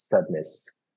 sadness